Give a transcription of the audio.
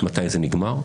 מתי זה נגמר?